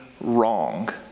wrong